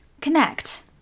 Connect